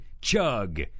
Chug